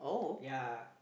ya